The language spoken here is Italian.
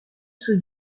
sui